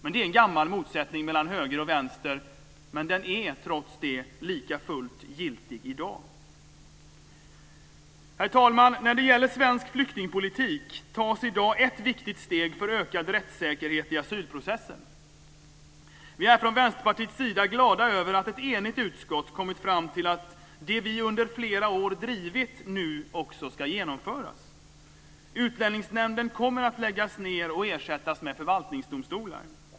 Det är en gammal motsättning mellan höger och vänster, men den är trots allt likafullt giltig i dag. Herr talman! När det gäller svensk flyktingpolitik tas i dag ett viktigt steg för ökad rättssäkerhet i asylprocessen. Vi är från Vänsterpartiets sida glada över att ett enigt utskott kommit fram till att det vi under flera år drivit nu också ska genomföras. Utlänningsnämnden kommer att läggas ned och ersättas med förvaltningsdomstolar.